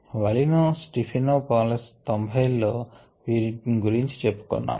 వలీనో Stephanopoulos 90 ల్లో వీరిని గురించి చెప్పుకున్నాము